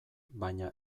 baina